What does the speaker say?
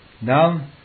now